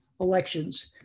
elections